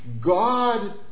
God